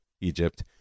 Egypt